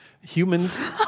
humans